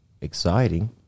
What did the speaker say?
exciting